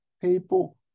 people